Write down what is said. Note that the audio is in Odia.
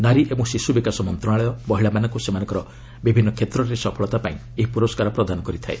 ନାରୀ ଏବଂ ଶିଶୁ ବିକାଶ ମନ୍ତ୍ରଣାଳୟ ମହିଳାମାନଙ୍କୁ ସେମାନଙ୍କର ବିଭିନ୍ନ କ୍ଷେତ୍ରରେ ସଫଳତା ପାଇଁ ଏହି ପୁରସ୍କାର ପ୍ରଦାନ କରିଥାଏ